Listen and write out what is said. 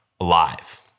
alive